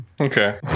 Okay